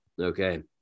Okay